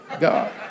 God